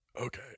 okay